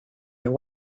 your